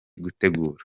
gutegura